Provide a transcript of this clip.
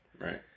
right